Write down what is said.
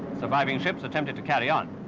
surviving ships attempted to carry on.